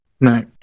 No